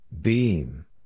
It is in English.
Beam